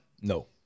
No